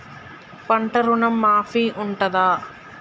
పంట ఋణం మాఫీ ఉంటదా?